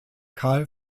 karl